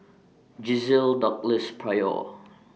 Gisele Douglas Pryor